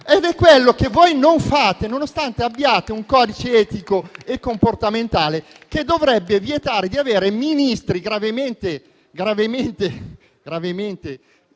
Ed è quello che voi non fate, nonostante abbiate un codice etico e comportamentale che dovrebbe vietare di avere Ministri gravemente rei di comportamenti